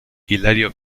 hilario